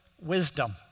wisdom